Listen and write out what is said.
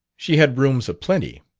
she had rooms a-plenty.